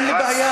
אין לי בעיה,